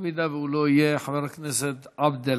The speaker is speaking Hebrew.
אם הוא לא יהיה, חבר הכנסת עבד אל